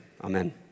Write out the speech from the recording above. amen